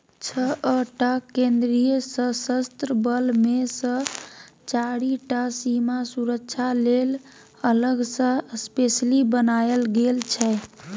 छअ टा केंद्रीय सशस्त्र बल मे सँ चारि टा सीमा सुरक्षा लेल अलग सँ स्पेसली बनाएल गेल छै